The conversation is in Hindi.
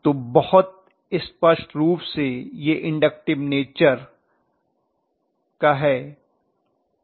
तो बहुत स्पष्ट रूप से ये इन्डक्टिव नेचर का है